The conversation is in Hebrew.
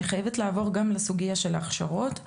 אני חייבת לעבור גם על הסוגיה של ההכשרות.